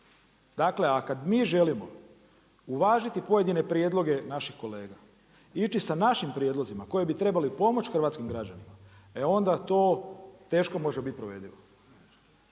Dakle, a kad mi želimo uvažiti pojedine prijedloge naših kolega, ići sa našim prijedlozima koji bi trebali pomoći hrvatskim građanima, e onda to teško može provedivo.